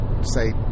Say